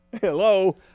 Hello